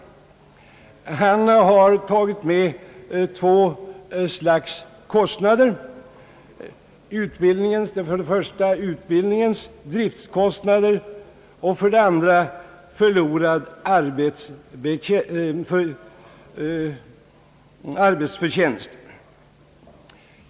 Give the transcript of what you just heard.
Han har tagit med två slags kostnader, nämligen för det första utbildningens driftkostnader och för det andra förlorad arbetsförtjänst.